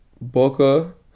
Booker